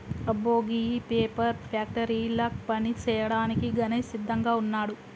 అబ్బో గీ పేపర్ ఫ్యాక్టరీల పని సేయ్యాడానికి గణేష్ సిద్దంగా వున్నాడు